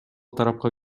тарапка